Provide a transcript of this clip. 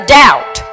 doubt